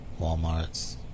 Walmarts